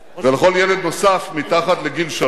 ולכל ילד נוסף מתחת לגיל שלוש